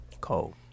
Cold